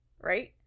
Right